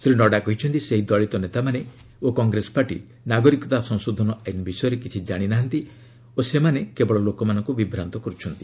ଶ୍ରୀ ନଡ୍ଗା କହିଛନ୍ତି ସେହି ଦଳୀତ ନେତାମାନେ ଓ କଂଗ୍ରେସ ପାର୍ଟି ନାଗରିକତା ସଂଶୋଧନ ଆଇନ୍ ବିଷୟରେ କିଛି କାଣି ନାହାନ୍ତି ଓ ସେମାନେ କେବଳ ଲୋକମାନଙ୍କୁ ବିଭ୍ରାନ୍ତ କରୁଛନ୍ତି